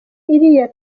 iriya